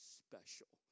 special